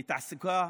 לתעסוקה,